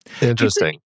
interesting